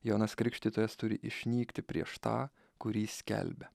jonas krikštytojas turi išnykti prieš tą kurį skelbia